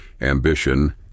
ambition